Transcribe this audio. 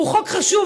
הוא חוק חשוב,